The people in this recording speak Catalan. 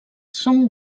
són